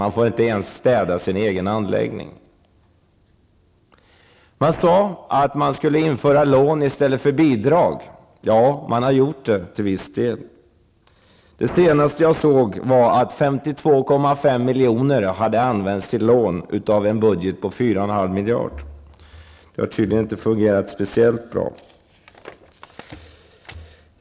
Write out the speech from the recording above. De får inte ens städa sin egen anläggning. Man sade att man skulle införa lån i stället för bidrag. Det har man gjort till en viss del. Det senaste jag såg var att 52,5 milj.kr. hade använts till lån av en budget på 4,5 miljarder. Det har tydligen inte fungerat speciellt bra.